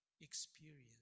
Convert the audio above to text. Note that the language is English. experience